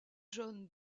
john